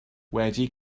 wedi